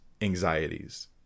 anxieties